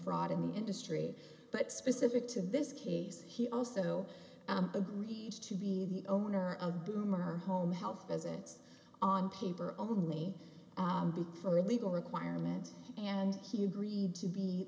fraud in the industry but specific to this case he also agreed to be the owner of boomer home health as it's on paper only for a legal requirement and he agreed to be